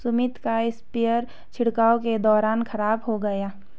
सुमित का स्प्रेयर छिड़काव के दौरान खराब हो गया